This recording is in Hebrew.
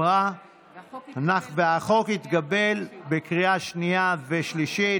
החוק התקבל בקריאה שנייה ושלישית,